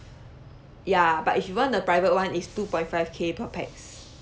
ya but if you want the private [one] it's two point five K per pax